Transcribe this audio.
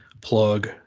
plug